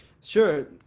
Sure